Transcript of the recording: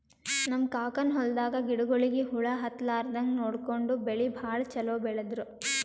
ನಮ್ ಕಾಕನ್ ಹೊಲದಾಗ ಗಿಡಗೋಳಿಗಿ ಹುಳ ಹತ್ತಲಾರದಂಗ್ ನೋಡ್ಕೊಂಡು ಬೆಳಿ ಭಾಳ್ ಛಲೋ ಬೆಳದ್ರು